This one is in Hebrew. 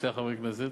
שני חברי הכנסת,